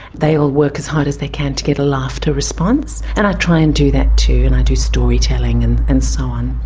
they all work as hard as they can to get a laughter response, and i try and do that too. and i do storytelling and and so on.